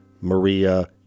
Maria